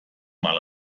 mal